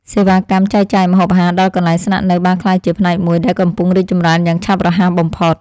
សេវាកម្មចែកចាយម្ហូបអាហារដល់កន្លែងស្នាក់នៅបានក្លាយជាផ្នែកមួយដែលកំពុងរីកចម្រើនយ៉ាងឆាប់រហ័សបំផុត។